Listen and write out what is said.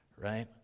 right